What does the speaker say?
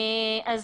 כן